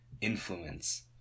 influence